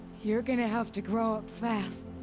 you're gonna have to grow up fast!